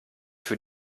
für